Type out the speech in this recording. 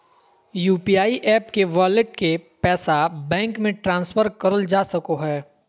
UPI app के wallet के पैसा बैंक मे ट्रांसफर करल जा सको हय